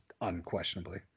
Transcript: unquestionably